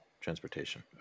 Transportation